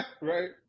right